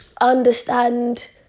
understand